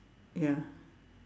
ya